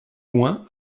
loin